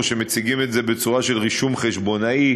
או שמציגים את זה בצורה של רישום חשבונאי,